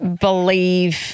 believe